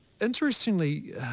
interestingly